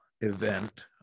event